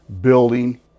building